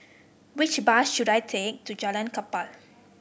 which bus should I take to Jalan Kapal